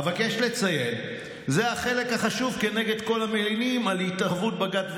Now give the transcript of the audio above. אבקש לציין שזה החלק החשוב כנגד כל המלינים על התערבות בג"ץ וסמכותו.